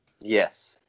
Yes